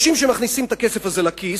יש אנשים שמכניסים את הכסף הזה לכיס,